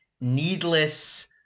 needless